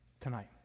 tonight